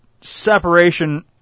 separation